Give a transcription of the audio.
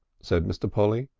said mr. polly.